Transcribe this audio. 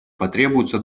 потребуется